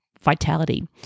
vitality